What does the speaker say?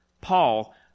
Paul